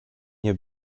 nie